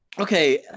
Okay